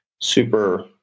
super